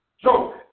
joke